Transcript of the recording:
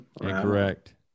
Incorrect